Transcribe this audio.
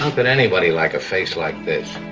but anybody like a face like this?